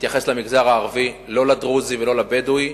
התייחס למגזר הערבי, לא לדרוזי ולא לבדואי,